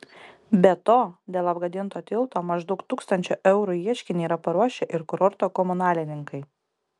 be to dėl apgadinto tilto maždaug tūkstančio eurų ieškinį yra paruošę ir kurorto komunalininkai